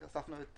הוספנו את